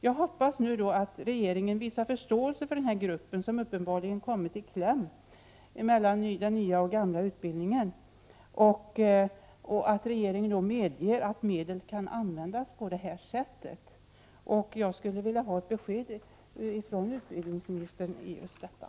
Jag hoppas att regeringen visar förståelse för den här gruppen som uppenbarligen kommit i kläm mellan den nya och den gamla utbildningen, och att regeringen medger att medlen kan användas på detta sätt. Jag skulle vilja ha ett besked från utbildningsministern när det gäller just detta.